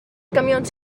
camions